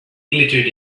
glittered